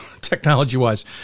technology-wise